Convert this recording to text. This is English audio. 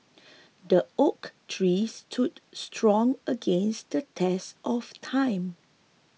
the oak tree stood strong against the test of time